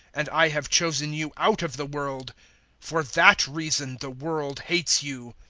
and i have chosen you out of the world for that reason the world hates you.